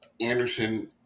Anderson